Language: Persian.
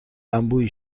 انبوهی